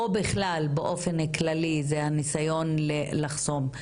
או בכלל באופן כללי, הניסיון לחסום.